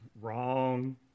Wrong